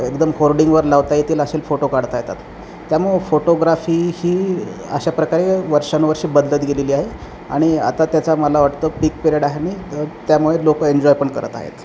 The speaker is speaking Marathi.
एकदम होर्डिंगवर लावता येतील असे फोटो काढता येतात त्यामुळं फोटोग्राफी ही अशा प्रकारे वर्षानुवर्ष बदलत गेलेली आहे आणि आता त्याचा मला वाटतं पिक पिरेड आहे आणि त्यामुळे लोक एन्जॉय पण करत आहेत